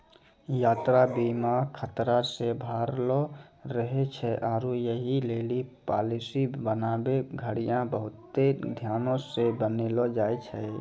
यात्रा बीमा खतरा से भरलो रहै छै आरु यहि लेली पालिसी बनाबै घड़ियां बहुते ध्यानो से बनैलो जाय छै